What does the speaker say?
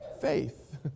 faith